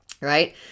right